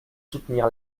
soutenir